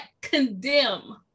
condemn